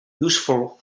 useful